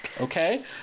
okay